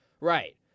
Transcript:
Right